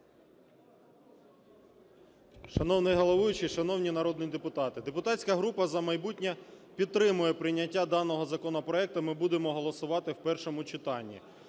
Шановний головуючий, шановні народні депутати! Депутатська група "За майбутнє" підтримує прийняття даного законопроекту, ми будемо голосувати в першому читанні.